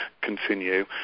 continue